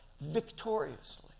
victoriously